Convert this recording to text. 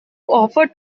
offer